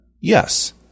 yes